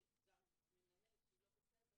שהיא גם מנהלת שהיא לא בסדר,